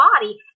body